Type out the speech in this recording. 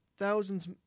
Thousands